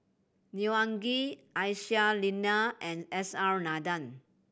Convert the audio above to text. Neo Anngee Aisyah Lyana and S R Nathan